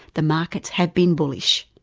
the markets have been bullish.